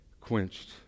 quenched